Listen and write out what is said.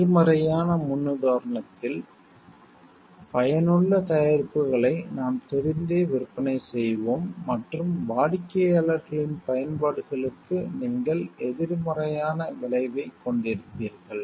எதிர்மறையான முன்னுதாரணத்தில் பயனுள்ள தயாரிப்புகளை நாம் தெரிந்தே விற்பனை செய்வோம் மற்றும் வாடிக்கையாளர்களின் பயன்பாடுகளுக்கு நீங்கள் எதிர்மறையான விளைவைக் கொண்டிருப்பீர்கள்